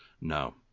no